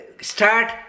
start